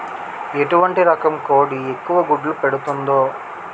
ఎటువంటి రకం కోడి ఎక్కువ గుడ్లు పెడుతోంది?